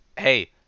hey